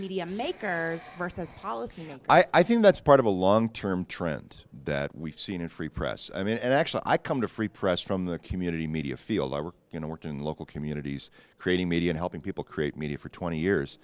media makers versus policy and i think that's part of a long term trend that we've seen in free press i mean actually i come to free press from the community media field i work you know work in local communities creating media and helping people create media for twenty years